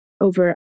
over